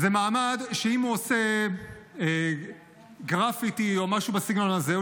זה מעמד שאם הוא עושה גרפיטי או משהו בסגנון הזה,